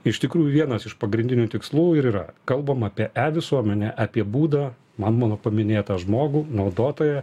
iš tikrųjų vienas iš pagrindinių tikslų ir yra kalbam apie e visuomenę apie būdą man mano paminėtą žmogų naudotoją